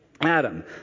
Adam